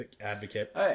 advocate